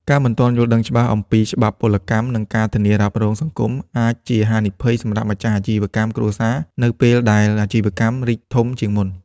ការមិនទាន់យល់ដឹងច្បាស់អំពីច្បាប់ពលកម្ម និងការធានារ៉ាប់រងសង្គម អាចជាហានិភ័យសម្រាប់ម្ចាស់អាជីវកម្មគ្រួសារនៅពេលដែលអាជីវកម្មរីកធំជាងមុន។